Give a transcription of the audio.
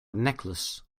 necklace